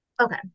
Okay